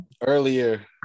earlier